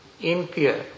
impure